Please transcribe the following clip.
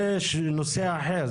זה נושא אחר.